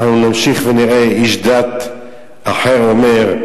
אנחנו נמשיך ונראה איש דת אחר אומר: